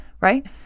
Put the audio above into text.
right